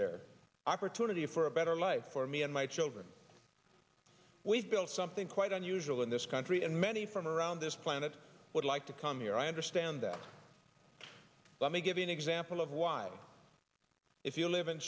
there opportunity for a better life for me and my children we've built something quite unusual in this country and many from around this planet would like to come here i understand that let me give you an example of why if you live in